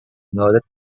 noted